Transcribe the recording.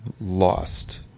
lost